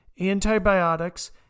antibiotics